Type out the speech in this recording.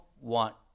want